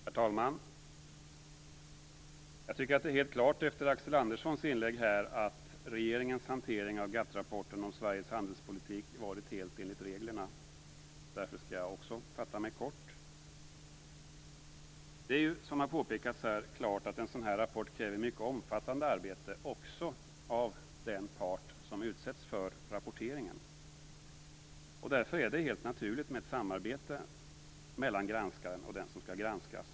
Herr talman! Jag tycker att det är helt klart efter Axel Anderssons inlägg att regeringens hantering av GATT-rapporten om Sveriges handelspolitik har varit helt enligt reglerna. Därför skall jag också fatta mig kort. Det är, som har påpekats här, klart att en sådan här rapport kräver ett mycket omfattande arbete också av den part som utsätts för rapporteringen. Därför är det helt naturligt med ett samarbete mellan granskaren och den som skall granskas.